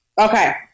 Okay